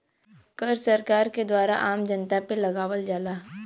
कर सरकार के द्वारा आम जनता पे लगावल जाला